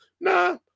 Nah